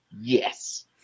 yes